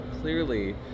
clearly